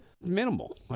Minimal